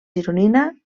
gironina